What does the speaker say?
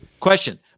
Question